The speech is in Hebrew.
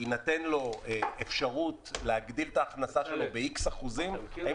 תינתן לו אפשרות להגדיל את ההכנסה שלו באיקס אחוזים והאם